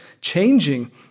changing